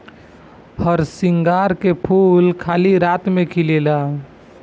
हरसिंगार के फूल खाली राती में खिलेला